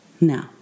Now